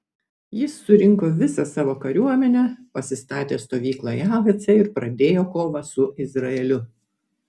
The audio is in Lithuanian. jis surinko visą savo kariuomenę pasistatė stovyklą jahace ir pradėjo kovą su izraeliu